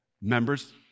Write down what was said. members